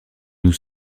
nous